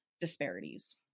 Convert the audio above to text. disparities